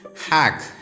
hack